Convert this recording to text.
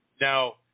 Now